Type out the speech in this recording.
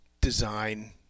design